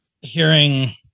hearing